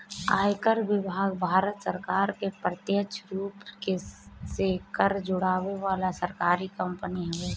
आयकर विभाग भारत सरकार के प्रत्यक्ष रूप से कर जुटावे वाला सरकारी कंपनी हवे